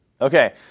Okay